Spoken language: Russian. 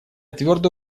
твердо